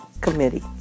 committee